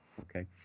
Okay